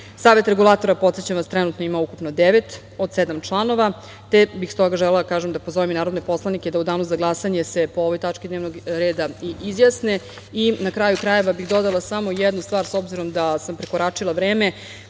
člana. Savet Regulatora, podsećam vas, trenutno ima ukupno sedam, od devet članova, te bih stoga želela da pozovem i narodne poslanike da se u danu za glasanje po ovoj tački dnevnog reda i izjasne. Na kraju krajeva bih dodala samo jednu stvar, s obzirom na to da sam prekoračila vreme,